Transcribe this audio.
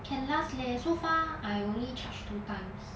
can last leh so far I only charge two times